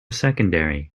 secondary